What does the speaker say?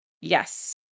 yes